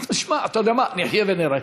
אתה יודע מה, נחיה ונראה.